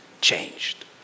changed